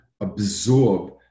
absorb